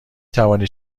توانید